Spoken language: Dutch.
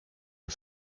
een